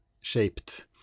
shaped